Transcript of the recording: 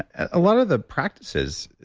a lot of the practices.